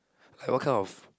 like what kind of